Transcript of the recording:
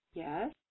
Yes